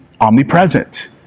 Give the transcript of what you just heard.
omnipresent